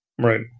Right